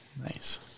Nice